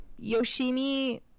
yoshimi